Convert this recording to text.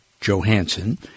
Johansson